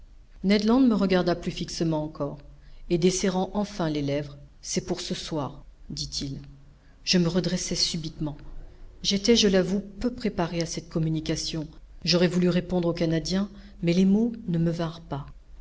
land me regarda plus fixement encore et desserrant enfin les lèvres c'est pour ce soir dit-il je me redressai subitement j'étais je l'avoue peu préparé à cette communication j'aurais voulu répondre au canadien mais les mots ne me vinrent pas